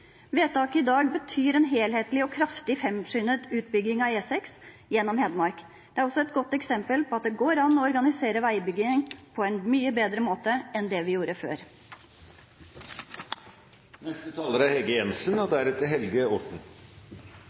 Vedtaket i dag betyr en helhetlig og kraftig framskyndet utbygging av E6 gjennom Hedmark. Det er også et godt eksempel på at det går an å organisere veibyggingen på en mye bedre måte enn det vi gjorde før. Jeg vil gjerne gjøre en liten rettelse i det forslaget som ble framlagt av Høyre og